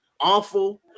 awful